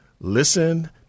listen